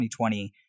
2020